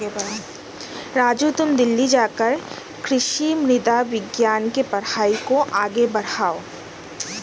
राजू तुम दिल्ली जाकर कृषि मृदा विज्ञान के पढ़ाई को आगे बढ़ाओ